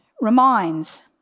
reminds